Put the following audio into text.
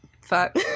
fuck